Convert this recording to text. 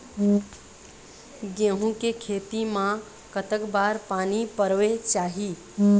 गेहूं के खेती मा कतक बार पानी परोए चाही?